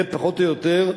זה פחות או יותר,